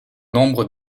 nombres